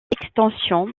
extension